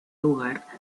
lugar